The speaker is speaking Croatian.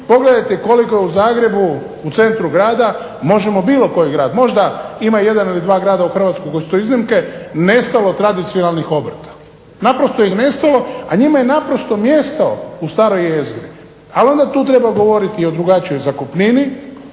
Pogledajte koliko je u Zagrebu u centru grada, možemo bilo koji grad, možda ima jedan ili dva grada u Hrvatskoj koje su to iznimke nestalo tradicionalnih obrta. Naprosto ih nestalo, a njima je naprosto mjesto u staroj jezgri. Ali onda tu treba govoriti i o drugačijoj zakupnini,